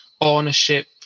ownership